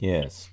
Yes